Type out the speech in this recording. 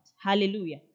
Hallelujah